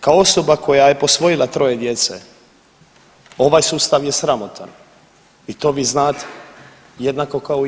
Kao osoba koja je posvojila troje djece, ovaj sustav je sramotan, i to vi znate, jednako kao i ja.